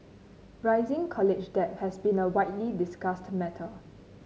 rising college debt has been a widely discussed matter